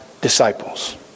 Disciples